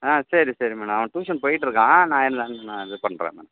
ஆ சரி சரி மேடம் அவன் டியூஷன் போயிட்டுருக்கான் நான் இது பண்ணுறன் மேடம்